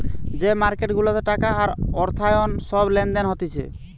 যে মার্কেট গুলাতে টাকা আর অর্থায়ন সব লেনদেন হতিছে